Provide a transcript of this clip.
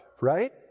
right